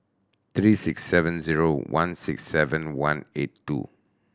three six seven zero one six seven one eight two